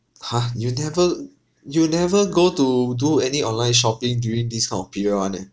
!huh! you never you never go to do any online shopping during this kind of period [one] eh